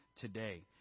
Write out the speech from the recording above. today